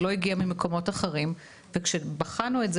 זה לא יגיע ממקומות אחרים וכשבחנו את זה